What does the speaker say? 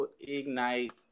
ignite